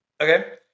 Okay